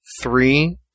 Three